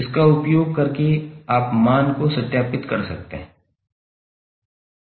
इसका उपयोग करके आप मान को सत्यापित कर सकते हैं